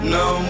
no